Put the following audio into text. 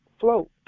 float